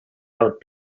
out